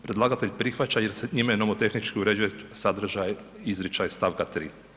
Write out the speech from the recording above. Predlagatelj prihvaća jer se njime nomotehnički uređuje sadržaj izričaj st. 3.